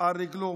על רגלו